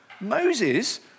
Moses